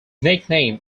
nickname